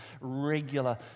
regular